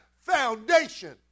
foundation